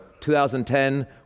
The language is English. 2010